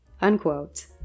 Unquote